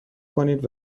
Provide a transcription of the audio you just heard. کنید